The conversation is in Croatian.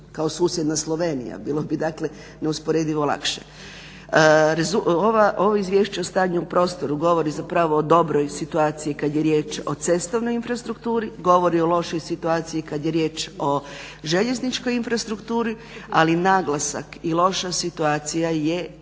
kao susjedna Slovenija, bilo bi neusporedivo lakše. Ovo izvješće o stanju u prostoru govori o dobroj situaciji kada je riječ o cestovnoj infrastrukturi, govori o lošoj situaciji kada je riječ o željezničkoj infrastrukturi ali naglasak i loša situacija je